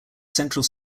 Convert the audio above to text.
central